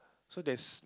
so there's